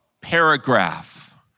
paragraph